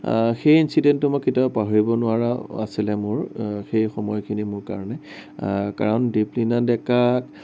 সেই ইঞ্চিডেণ্টটো মই কেতিয়াও পাহৰিব নোৱাৰা আছিলে মোৰ সেই সময়খিনি মোৰ কাৰণে কাৰণ দীপলিনা ডেকাক